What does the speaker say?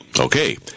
Okay